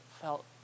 felt